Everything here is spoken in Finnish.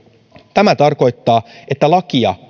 tämä tarkoittaa että lakia